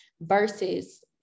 versus